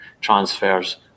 transfers